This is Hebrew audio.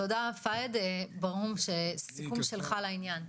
תודה פהד, פרופ' ברהום סיכום שלך על העניין.